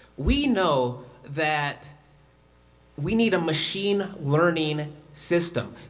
we know that we need a machine learning system.